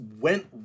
went